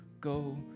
go